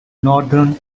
northern